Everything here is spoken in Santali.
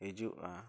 ᱦᱤᱡᱩᱜᱼᱟ